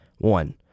One